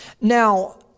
Now